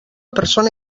persona